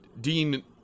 Dean